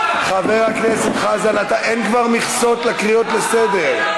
חבר הכנסת חזן, אין כבר מכסות לקריאות לסדר.